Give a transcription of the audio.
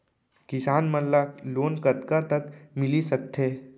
किसान मन ला लोन कतका तक मिलिस सकथे?